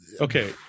okay